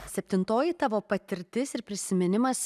septintoji tavo patirtis ir prisiminimas